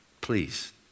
Please